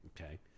Okay